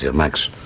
yeah max,